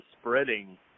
spreading